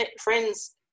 friends